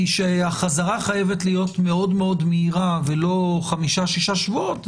היא שהחזרה חייבת להיות מאוד-מאוד מהירה ולא חמישה-שישה שבועות,